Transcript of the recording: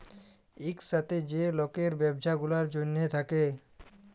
ইকসাথে যে লকের ব্যবছা গুলার জ্যনহে থ্যাকে